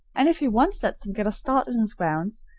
and if he once lets them get a start in his grounds,